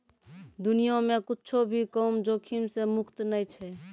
दुनिया मे कुच्छो भी काम जोखिम से मुक्त नै छै